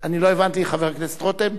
אני לא הבנתי, חבר הכנסת רותם.